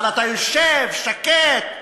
אבל אתה יושב, שקט,